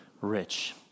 rich